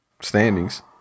standings